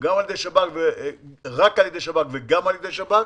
רק על ידי השב"כ וגם על ידי השב"כ.